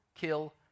kill